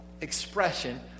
expression